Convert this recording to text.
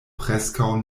preskaŭ